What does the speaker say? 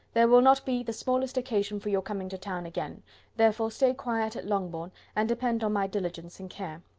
there will not be the smallest occasion for your coming to town again therefore stay quiet at longbourn, and depend on my diligence and care.